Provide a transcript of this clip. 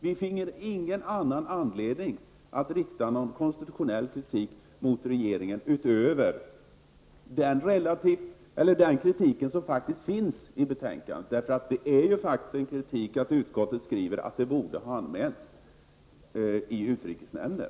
Vi finner ingen anledning att rikta någon konstitutionell kritik mot regeringen utöver den kritik som faktiskt finns i betänkandet. Det är ju faktiskt kritik när utskottet skriver att saken borde ha anmälts i utrikesnämnden.